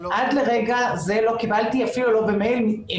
עד לרגע זה לא קיבלתי מסמך אחד, אפילו לא במייל.